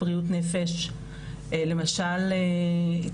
למשל בריאות נפש,